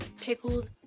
pickled